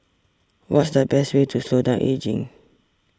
what's the best way to slow down ageing